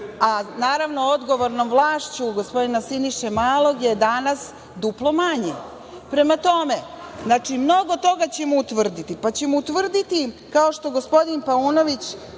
a naravno, odgovornom vlašću gospodina Siniše Malog je danas duplo manje. Prema tome, znači, mnogo toga ćemo utvrditi, pa ćemo utvrditi, kao što gospodin Paunović,